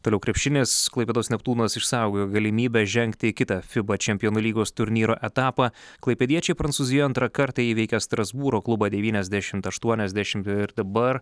toliau krepšinis klaipėdos neptūnas išsaugojo galimybę žengti į kitą fiba čempionų lygos turnyro etapą klaipėdiečiai prancūzijoje antrą kartą įveikė strasbūro klubą devyniasdešimt aštuoniasdešimt ir dabar